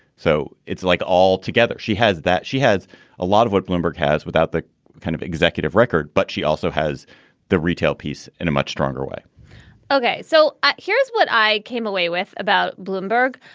so it's like all together she has that. she has a lot of what bloomberg has without the kind of executive record. but she also has the retail piece in a much stronger way ok, so here's what i came away with about bloomberg.